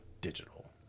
digital